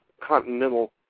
continental